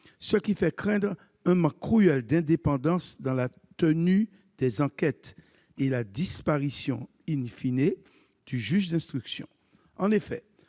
ce qui fait craindre un cruel manque d'indépendance dans la tenue des enquêtes et la disparition,, du juge d'instruction. En effet,